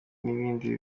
n’ibindi